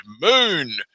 moon